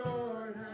Lord